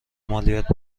مالیات